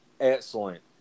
excellent